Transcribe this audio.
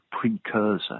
precursor